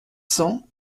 cents